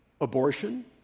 Abortion